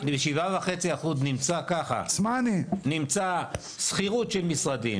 ב-7.5% נמצא ככה: נמצא שכירות של משרדים,